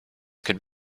could